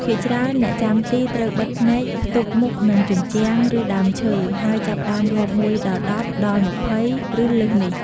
ភាគច្រើនអ្នកចាំទីត្រូវបិទភ្នែក ផ្ទប់មុខនឹងជញ្ជាំង ឬ ដើមឈើ ហើយចាប់ផ្ដើមរាប់ ១ដល់១០ ដល់២០ ឬ លើសនេះ។